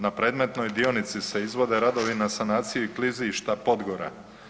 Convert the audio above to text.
Na predmetnoj dionici se izvode radovi na sanaciji klizišta Podgora.